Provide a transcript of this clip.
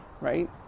right